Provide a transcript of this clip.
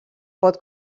pot